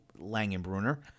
Langenbrunner